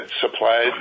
supplied